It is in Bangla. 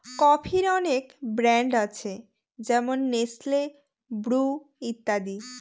কফির অনেক ব্র্যান্ড আছে যেমন নেসলে, ব্রু ইত্যাদি